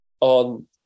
on